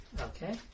Okay